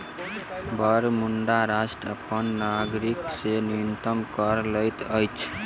Bermuda राष्ट्र अपन नागरिक से न्यूनतम कर लैत अछि